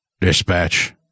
Dispatch